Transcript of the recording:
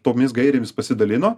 tomis gairėmis pasidalino